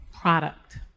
product